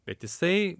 bet jisai